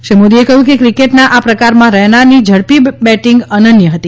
શ્રી મોદીએ કહ્યું કે ક્રિકેટના આ પ્રકારમાં રૈનાની ઝડપી બેટિંગ અનન્ય હતી